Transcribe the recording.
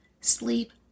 sleep